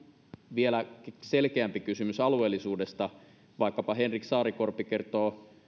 vielä selkeämpi on kysymys alueellisuudesta vaikkapa henrik saarikorpi kertoo